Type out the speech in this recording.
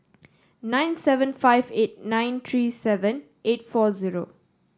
nine seven five eight nine three seven eight four zero